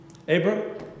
Abram